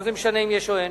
מה זה חשוב אם יש או אין?